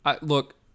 Look